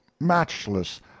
matchless